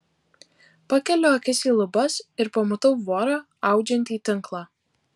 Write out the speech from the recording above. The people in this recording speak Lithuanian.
pakeliu akis į lubas ir pamatau vorą audžiantį tinklą